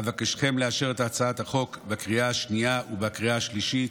אבקשכם לאשר את הצעת החוק בקריאה השנייה ובקריאה השלישית.